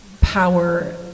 power